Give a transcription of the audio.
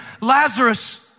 Lazarus